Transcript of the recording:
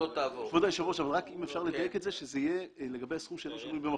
צריך לדייק את זה כך שזה יהיה לגבי הסכום שלא שנוי במחלוקת,